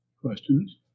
Questions